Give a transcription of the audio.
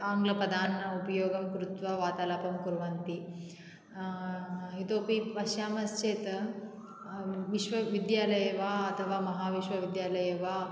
आङ्गलपदान् उपयोगं कृत्वा वार्तालापं कुर्वन्ति इतोऽपि पश्यामश्चेत् विश्वविद्यालये वा अथवा महाविश्वविद्यालये वा